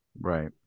right